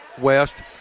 west